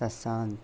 Shashant